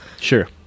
Sure